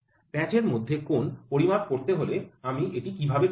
প্য়াঁচের মধ্যে কোণ পরিমাপ করতে হলে আমি এটা কিভাবে করব